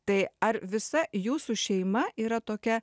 tai ar visa jūsų šeima yra tokia